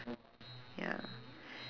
ya